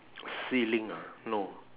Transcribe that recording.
ceiling ah no